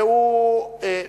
והוא